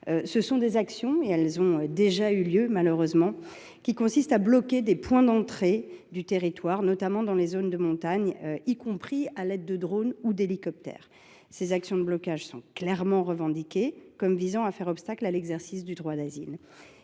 De telles actions, qui ont malheureusement eu lieu, consistent à bloquer des points d’entrée du territoire, notamment dans les zones de montagne, y compris à l’aide de drones ou d’hélicoptères. Ce n’est pas vrai ! Ces actions de blocage sont clairement revendiquées comme visant à faire obstacle à l’exercice du droit d’asile.